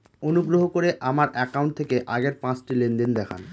অনুগ্রহ করে আমার অ্যাকাউন্ট থেকে আগের পাঁচটি লেনদেন দেখান